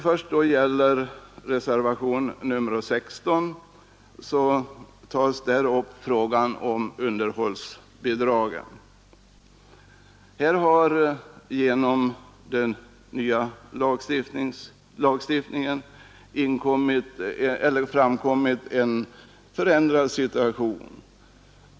I reservationen 16 tas frågan om underhållsbidrag upp.